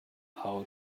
how